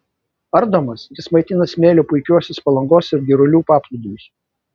ardomas jis maitina smėliu puikiuosius palangos ir girulių paplūdimius